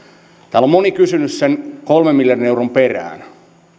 täällä on moni kysynyt sen kolmen miljardin euron perään